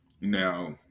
now